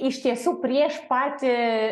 iš tiesų prieš patį